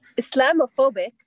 Islamophobic